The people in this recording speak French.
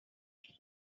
martin